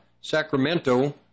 Sacramento